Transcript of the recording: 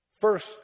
First